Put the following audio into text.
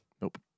Nope